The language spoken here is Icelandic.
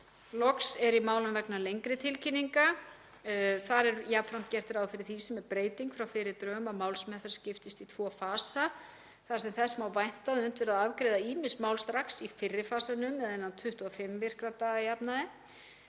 Loks er í málum vegna lengri tilkynninga jafnframt gert ráð fyrir því, sem er breyting frá fyrri drögum, að málsmeðferð skiptist í tvo fasa þar sem þess má vænta að unnt verði að afgreiða ýmis mál strax í fyrri fasanum eða innan 25 virka daga að